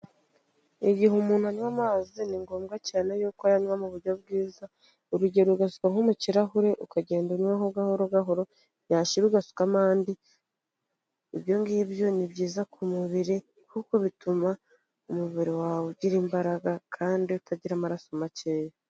Igihe umuntu anywa amazi ni ngombwa cyane yuko ayanywa mu buryo bwiza, urugero ugasuka nko mukirahure ukagenda unywaho gahoro gahoro, yashira ugasukamo andi, ibyo ngibyo ni byiza ku mubiri kuko bituma umubiri wawe ugira imbaraga kandi utagira amaraso makeya.